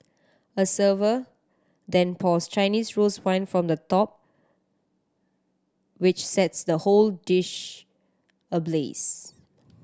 a server then pours Chinese rose wine from the top which sets the whole dish ablaze